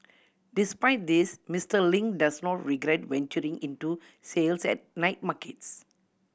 despite this Mister Ling does not regret venturing into sales at night markets